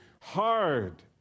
hard